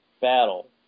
battle